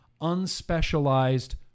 unspecialized